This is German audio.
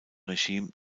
regime